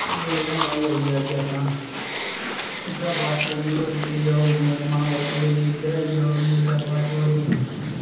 होर ओह्दे बाद च आई गेआ अग्गें अपना उद्धरा बापस आई गे होर चली जाओ मां वैष्णो देवी उद्धर आई जाओ नेईं ते बाद होर बी